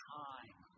time